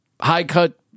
high-cut